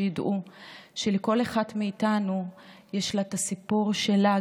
ידעו שלכל אחת מאיתנו יש את הסיפור שלה,